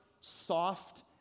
soft